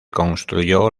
construyó